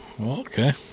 Okay